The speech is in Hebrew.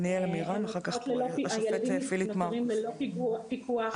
הילדים נמצאים ללא פיקוח,